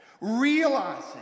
realizing